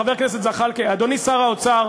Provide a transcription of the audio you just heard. חבר הכנסת זחאלקה, אדוני שר האוצר,